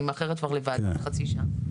אני מאחרת כבר לוועדה בחצי שעה.